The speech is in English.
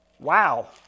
Wow